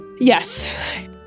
Yes